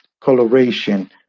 coloration